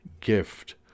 gift